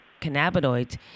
cannabinoids